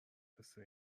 پسته